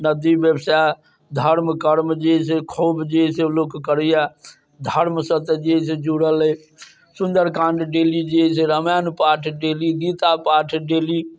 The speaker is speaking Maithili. नदी बेरसँ धर्म कर्म जे एहि से खूब जे है से लोक करैया धर्मसँ तऽ जे जुड़ल अइ सुंदरकाण्ड डेली जे है से रामायण पाठ डेली गीता पाठ डेली